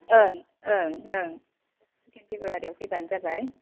ओं ओं ओं फेब्रुवारियाव फैब्लानो जाबाय